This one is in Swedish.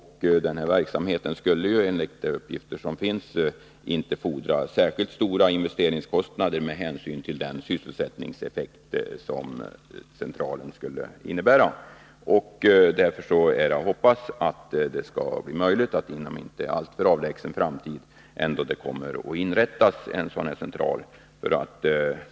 Enligt de uppgifter som föreligger skulle den ifrågavarande verksamheten inte kräva särskilt stora investeringskostnader med tanke på den sysselsättningseffekt som centralen skulle medföra. Därför hoppas jag att det inom en inte alltför avlägsen framtid kommer att inrättas en central.